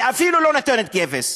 ואפילו לא נותנת כבש.